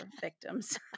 victims